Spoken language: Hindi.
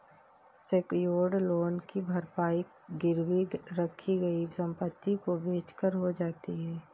सेक्योर्ड लोन की भरपाई गिरवी रखी गई संपत्ति को बेचकर हो जाती है